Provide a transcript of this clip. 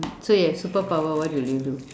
so you have superpower what will you do